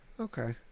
Okay